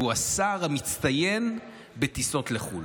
והוא השר המצטיין בטיסות לחו"ל.